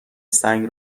سنگ